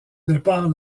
départ